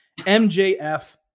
MJF